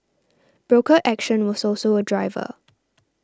broker action was also a driver